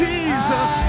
Jesus